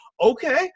Okay